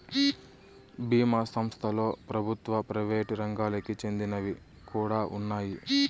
బీమా సంస్థలలో ప్రభుత్వ, ప్రైవేట్ రంగాలకి చెందినవి కూడా ఉన్నాయి